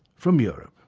from europe.